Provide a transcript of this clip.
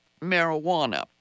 marijuana